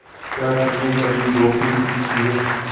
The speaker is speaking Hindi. क्या तुमने कभी बोफिशिंग की है?